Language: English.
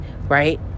right